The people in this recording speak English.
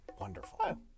wonderful